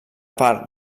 part